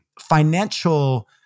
financial